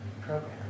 program